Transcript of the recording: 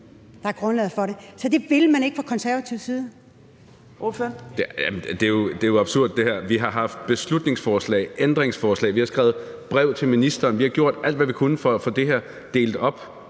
Torp): Ordføreren. Kl. 10:35 Marcus Knuth (KF): Jamen det her er jo absurd. Vi har haft beslutningsforslag, ændringsforslag, vi har skrevet brev til ministeren, vi har gjort alt, hvad vi kunne, for at få det her delt op.